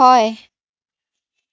হয়